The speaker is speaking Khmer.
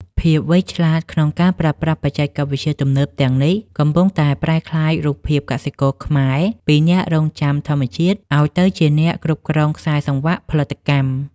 ភាពវៃឆ្លាតក្នុងការប្រើប្រាស់បច្ចេកវិទ្យាទំនើបទាំងនេះ កំពុងតែប្រែក្លាយរូបភាពកសិករខ្មែរពី អ្នករង់ចាំធម្មជាតិឱ្យទៅជាអ្នកគ្រប់គ្រងខ្សែសង្វាក់ផលិតកម្ម។